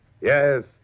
Yes